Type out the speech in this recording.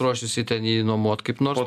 ruošiasi ten jį nuomot kaip nors